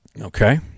Okay